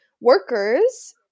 workers